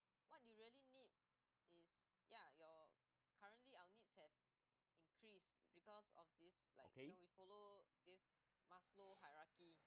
okay